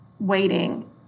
waiting